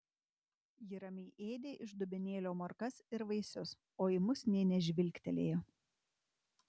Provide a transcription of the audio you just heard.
ji ramiai ėdė iš dubenėlio morkas ir vaisius o į mus nė nežvilgtelėjo